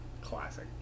Classic